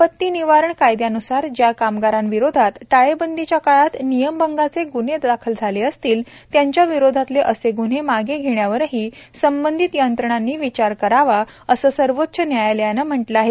आपत्ती निवारण कायद्यान्सार ज्या कामगारांविरोधात टाळेबंदीच्या काळात नियमभंगाचे ग्न्हे दाखल झाले असतील त्यांच्याविरोधातले असे ग्न्हे मागे घेण्यावरही संबंधित यंत्रणांनी विचार करावा असं सर्वोच्च न्यायालयानं म्हटलं आहे